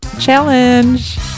challenge